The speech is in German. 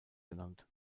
genannt